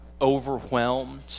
overwhelmed